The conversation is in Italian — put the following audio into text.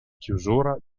chiusura